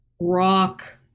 rock